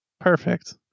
perfect